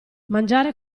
mangiare